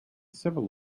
civil